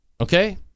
Okay